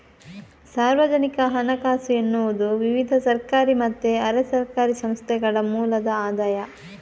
ಸಾರ್ವಜನಿಕ ಹಣಕಾಸು ಎನ್ನುವುದು ವಿವಿಧ ಸರ್ಕಾರಿ ಮತ್ತೆ ಅರೆ ಸರ್ಕಾರಿ ಸಂಸ್ಥೆಗಳ ಮೂಲದ ಆದಾಯ